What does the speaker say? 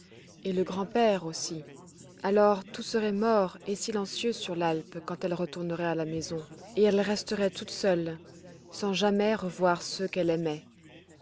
et le grand-père aussi alors tout serait mort et silencieux sur l'alpe quand elle retournerait à la maison et elle resterait toute seule sans jamais revoir ceux qu'elle aimait